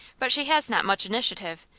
but she has not much initiative,